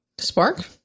Spark